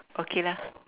okay lah